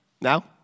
Now